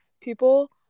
people